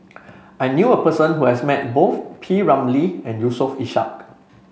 I knew a person who has met both P Ramlee and Yusof Ishak